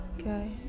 okay